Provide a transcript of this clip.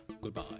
goodbye